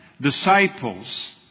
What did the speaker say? disciples